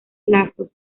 lazos